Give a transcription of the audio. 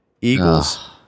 Eagles